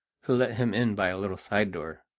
who let him in by a little side door.